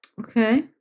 Okay